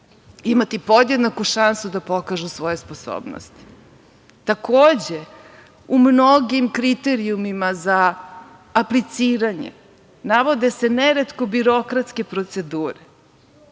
imati podjednaku šansu da pokažu svoje sposobnosti. Takođe, u mnogim kriterijumima za apliciranje navode se neretko birokratske procedure.